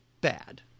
bad